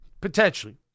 potentially